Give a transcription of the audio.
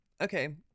Okay